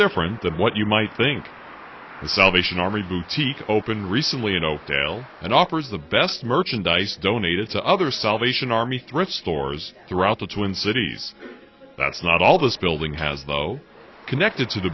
different than what you might think the salvation army boutique opened recently in oakdale and offers the best merchandise donated to other salvation army thrift stores throughout the twin cities that's not all this building has though connected to the